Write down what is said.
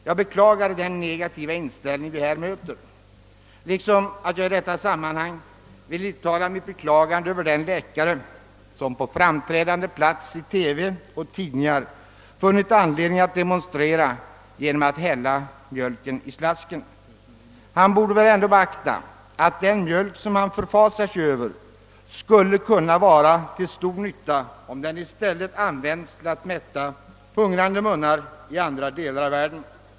Jag beklagar den negativa inställning vi här möter, liksom jag i detta sammanhang vill uttala mitt beklagande över den läkare som på framträdande plats i TV och tidningar funnit anledning demonstrera genom att hälla mjölken i slasken. Han borde väl ändå beakta att den mjölk som han förfasar sig över skulle kunna vara till stor nytta, om den i stället användes till att mätta hungrande munnar i andra delar av världen.